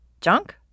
Junk